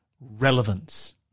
relevance